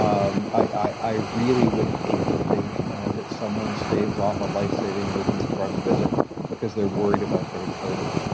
um i really would hate to think that someone staves off a life saving emergency department visit because they're worried about getting covid.